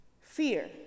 Fear